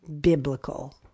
biblical